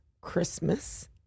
christmas